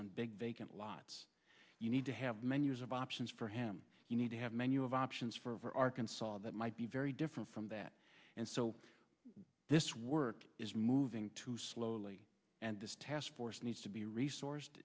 on big vacant lots you need to have menus of options for him you need to have a menu of options for arkansas that might be very different from that and so this work is moving too slowly and this task force needs to be resource